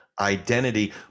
identity